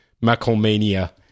Macron-mania